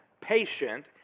patient